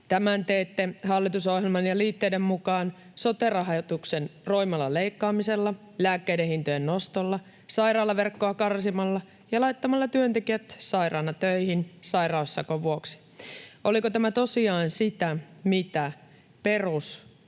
Tämän teette hallitusohjelman ja liitteiden mukaan sote-rahoituksen roimalla leikkaamisella, lääkkeiden hintojen nostolla, sairaalaverkkoa karsimalla ja laittamalla työntekijät sairaana töihin sairaussakon vuoksi. Oliko tämä tosiaan sitä, mitä